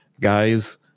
guys